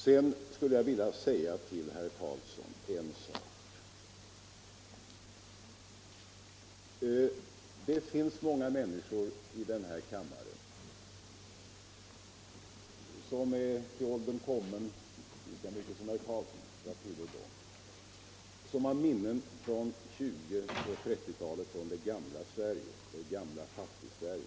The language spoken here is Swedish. Sedan skulle jag vilja säga en sak till herr Carlsson: Det finns många i den här kammaren som är så till åldern komna att vi har minnen från 1920 och 1930-talen, från det gamla Fattigsverige.